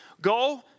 go